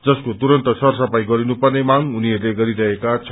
जसको तुरन्त सर सफाई गरिनुपर्ने मांग उनीहरूले गरिरहेका छन्